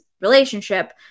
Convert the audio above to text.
relationship